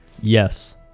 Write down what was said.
Yes